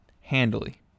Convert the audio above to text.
handily